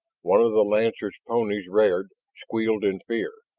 one of the lancers' ponies reared, squealed in fear.